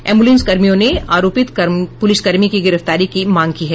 एंबुलेंसकर्मियों ने आरोपित पुलिसकर्मी की गिरफ्तारी की मांग की है